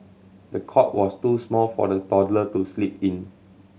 the cot was too small for the toddler to sleep in